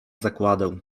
zagładę